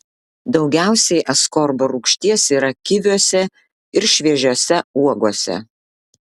daugiausiai askorbo rūgšties yra kiviuose ir šviežiose uogose